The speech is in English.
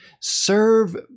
serve